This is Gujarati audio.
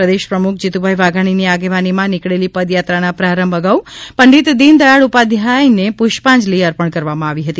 પ્રદેશ પ્રમુખ જીતુભાઇ વાઘાણીની આગેવાનીમાં નીકળેલી પદથાત્રાના પ્રારંભ અગાઉ પંડિત દિનદયાળ ઉપાધ્યાયને પુષ્પાંજલિ અર્પણ કરવામાં આવી હતી